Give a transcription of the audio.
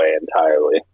entirely